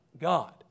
God